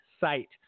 site